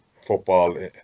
football